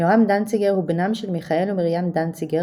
יורם דנציגר הוא בנם של מיכאל ומרים דנציגר